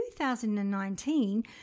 2019